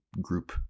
group